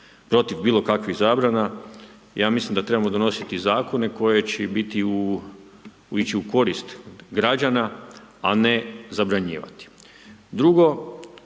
Protiv bilo kakvih zabrana, ja mislim da trebamo donositi zakone koji će ići u korist građana, a ne zabranjivati.